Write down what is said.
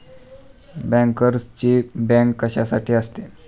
बँकर्सची बँक कशासाठी असते?